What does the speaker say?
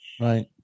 Right